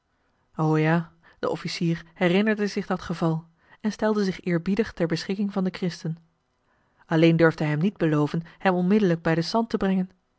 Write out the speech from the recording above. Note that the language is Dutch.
ja de officier herinnerde zich dat geval en stelde zich eerbiedig ter beschikking van den christen alleen durfde hij hem niet beloven hem onmiddellijk bij den sant te brengen